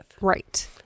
right